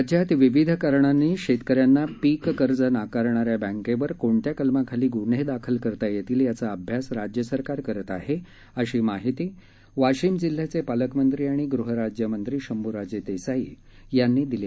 राज्यात विविध कारणांनी शस्क्रि यांना पिक कर्ज नाकारणा या बँक्खे कोणत्या कलमाखाली गु ्हविखल करता यशीलयाचा अभ्यास राज्य सरकार करत आहा अशी माहिती वाशिम जिल्ह्याच प्रालकमंत्री आणि गृह राज्य मंत्री शंभूराज विप्रिई यांनी दिली